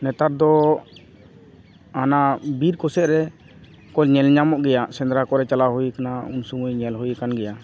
ᱱᱮᱛᱟᱨᱫᱚᱻ ᱚᱱᱟ ᱵᱤᱨ ᱠᱚ ᱥᱮᱫ ᱨᱮᱠᱚ ᱧᱮᱞ ᱧᱟᱢᱚᱜ ᱜᱮᱭᱟ ᱥᱮᱸᱫᱽᱨᱟ ᱠᱚᱨᱮ ᱪᱟᱞᱟᱣ ᱦᱩᱭᱟᱠᱟᱱᱟ ᱩᱱ ᱥᱚᱢᱚᱭ ᱧᱮᱞ ᱦᱩᱭᱟᱠᱟᱱ ᱜᱮᱭᱟ